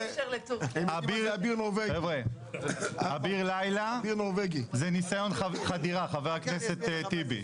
אביר לילה זה ניסיון חדירה, ח"כ טיבי,